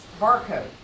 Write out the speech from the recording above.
barcode